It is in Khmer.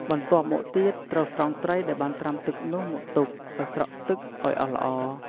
បន្ទាប់មកទៀត ត្រូវស្រង់ត្រីដែលបានត្រាំទឹកនោះមកទុកឱ្យស្រក់ទឹកឱ្យអស់ល្អ។